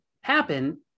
happen